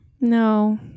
No